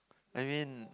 I mean